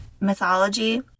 Mythology